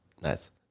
Nice